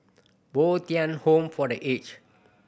Bo Tien Home for The Aged